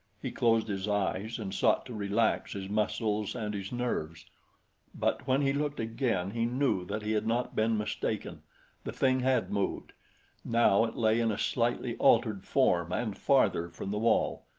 he closed his eyes and sought to relax his muscles and his nerves but when he looked again, he knew that he had not been mistaken the thing had moved now it lay in a slightly altered form and farther from the wall.